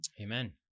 Amen